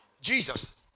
Jesus